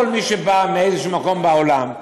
כל מי שבא מאיזשהו מקום בעולם,